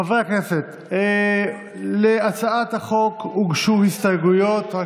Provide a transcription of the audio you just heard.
חברי הכנסת, להצעת החוק הוגשו הסתייגויות.